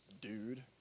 dude